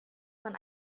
man